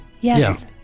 Yes